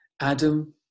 Adam